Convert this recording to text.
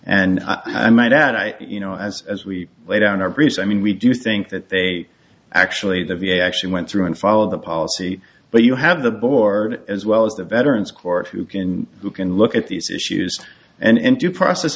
add i you know as as we lay down our priest i mean we do think that they actually the v a actually went through and followed the policy but you have the board as well as the veterans court who can who can look at these issues and into process